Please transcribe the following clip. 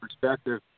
perspective